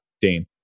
Dane